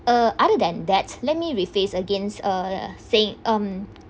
uh other than that let me re-phrase against uh say um